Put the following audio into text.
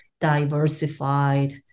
diversified